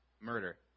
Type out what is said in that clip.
Murder